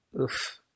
oof